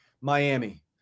Miami